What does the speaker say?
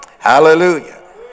Hallelujah